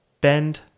bend